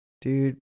Dude